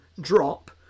drop